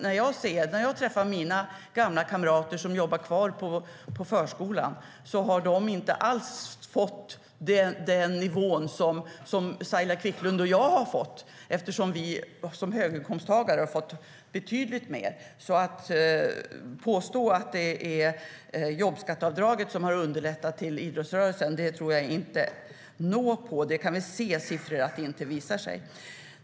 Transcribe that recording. När jag träffar mina gamla kamrater som jobbar kvar på förskolan säger de att de inte alls har fått samma nivå som Saila Quicklund och jag har fått, eftersom vi som höginkomsttagare har fått betydligt mer. Att det skulle vara jobbskatteavdraget som har underlättat för idrottsrörelsen tror jag inte på. Det visar siffrorna.